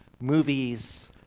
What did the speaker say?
movies